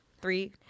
three